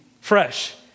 fresh